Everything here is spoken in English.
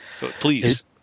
Please